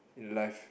in life